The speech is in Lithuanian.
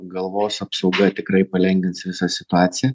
galvos apsauga tikrai palengvins visą situaciją